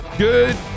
Good